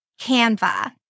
Canva